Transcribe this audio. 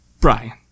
Brian